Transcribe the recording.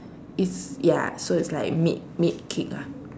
it's ya so it's like mid mid kick lah